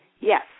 yes